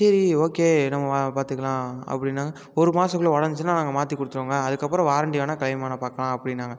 சரி ஓகே நம்ம பார்த்துக்கலாம் அப்படின்னா ஒரு மாசத்துக்குள்ளே ஒடைஞ்ச்சின்னா நாங்கள் மாற்றி குடுத்துடுவோங்க அதுக்கப்பறம் வாரண்டி வேணுனா க்ளைம் பண்ண பார்க்கலாம் அப்படின்னாங்க